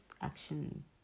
action